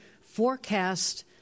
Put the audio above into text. forecast